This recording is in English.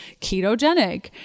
ketogenic